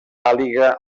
àliga